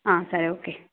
ఆ సరే ఓకే